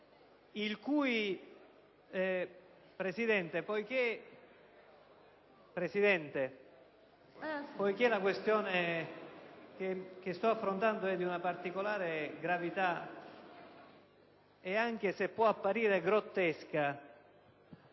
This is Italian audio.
Signora Presidente, poiché la questione che sto affrontando è particolarmente grave, anche se può apparire grottesca,